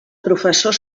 professor